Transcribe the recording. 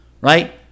right